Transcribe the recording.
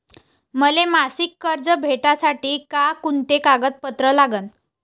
मले मासिक कर्ज भेटासाठी का कुंते कागदपत्र लागन?